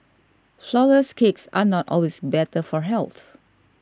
Flourless Cakes are not always better for health